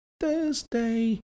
Thursday